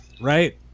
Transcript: right